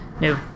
No